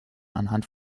anhand